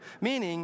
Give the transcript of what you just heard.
Meaning